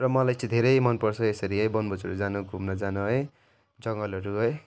र मलाई चाहिँ धेरै मनपर्छ यसरी है वनभोजहरू जानु घुम्न जानु है जङ्गलहरू है